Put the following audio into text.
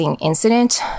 incident